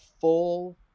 full